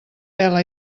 pela